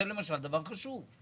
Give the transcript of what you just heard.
זה למשל דבר חשוב.